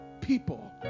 people